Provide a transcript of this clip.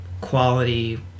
quality